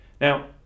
Now